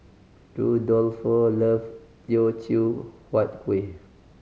Rudolfo love Teochew Huat Kuih